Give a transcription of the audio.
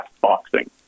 boxing